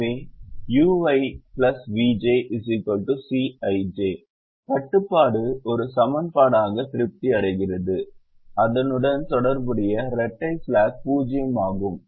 எனவே ui vj Cij கட்டுப்பாடு ஒரு சமன்பாடாக திருப்தி அடைகிறது அதனுடன் தொடர்புடைய இரட்டை ஸ்லாக் 0 ஆகும்